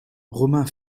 romain